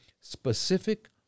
specific